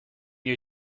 you